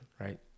Right